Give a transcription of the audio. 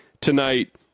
tonight